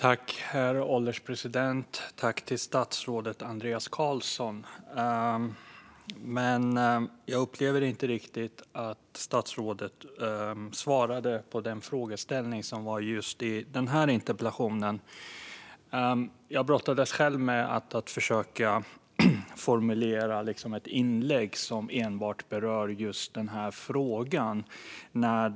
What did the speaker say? Herr ålderspresident! Jag tackar statsrådet Andreas Carlson för svaret. Men jag upplever inte riktigt att statsrådet svarade på frågeställningen i just denna interpellation. Jag brottades själv med att försöka formulera ett inlägg som enbart berör just denna fråga.